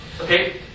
Okay